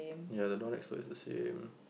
ya the door next to it is the same